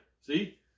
See